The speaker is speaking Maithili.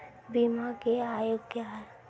बीमा के आयु क्या हैं?